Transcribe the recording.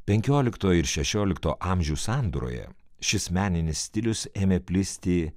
penkiolikto ir šešiolikto amžių sandūroje šis meninis stilius ėmė plisti